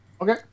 Okay